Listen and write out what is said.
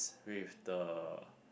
with the